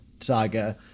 saga